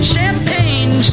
Champagne